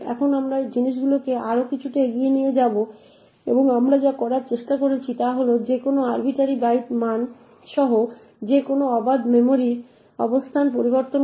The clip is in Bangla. এখন আমরা জিনিসগুলিকে আরও কিছুটা এগিয়ে নিয়ে যাব এবং আমরা যা করার চেষ্টা করছি তা হল যে কোনও আরবিট্রারি বাইট মান সহ যে কোনও অবাধ মেমরি অবস্থান পরিবর্তন করা